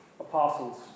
Apostles